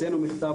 הוצאנו מכתב,